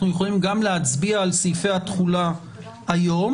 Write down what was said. יכולים גם להצביע על סעיפי התחולה היום,